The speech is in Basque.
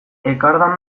ekardan